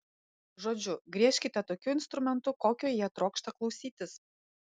žodžiu griežkite tokiu instrumentu kokio jie trokšta klausytis